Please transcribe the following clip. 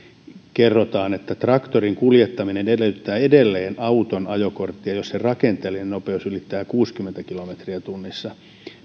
kerrotaan että traktorin kuljettaminen edellyttää edelleen auton ajokorttia jos sen rakenteellinen nopeus ylittää kuusikymmentä kilometriä tunnissa